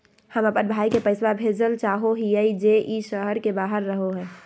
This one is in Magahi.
हम अप्पन भाई के पैसवा भेजल चाहो हिअइ जे ई शहर के बाहर रहो है